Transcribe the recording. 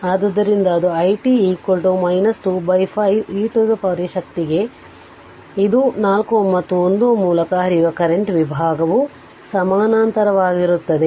ಆದ್ದರಿಂದ ಅದು i t 25 e ಶಕ್ತಿಗೆ ಇದು ಈ 4Ω ಮತ್ತು 1Ω ಮೂಲಕ ಹರಿಯುವ ಕರೆಂಟ್ ವಿಭಾಗವು ಸಮಾನಾಂತರವಾಗಿರುತ್ತದೆ